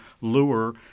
lure